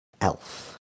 elf